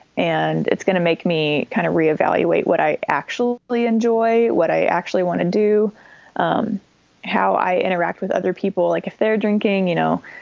and it's going to make me kind of re-evaluate what i actually enjoy, what i actually want to do and um how i interact with other people. like if they're drinking, you know,